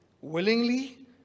willingly